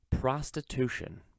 Prostitution